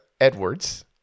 Edwards